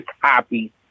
happy